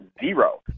zero